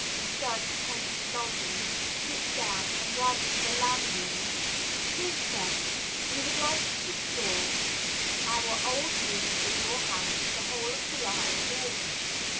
in search of country lodgings, sits down and writes to the landlord dear sir we would like to secure our old rooms in your house for the whole of july and august.